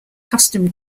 custom